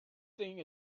thing